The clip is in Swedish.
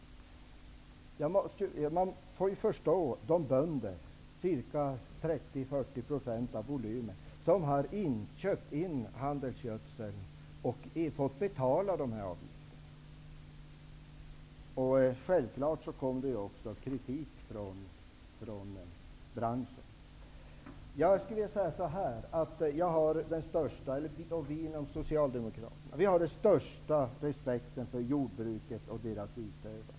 Man får förstå de bönder -- det gäller här ca 30-- 40 % av volymen -- som har köpt in handelsgödsel och fått erlägga avgift. Självklart har det också kommit kritik från branschen. Socialdemokraterna har den allra största respekt för jordbruket och dess utövare.